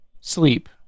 sleep